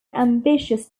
ambitious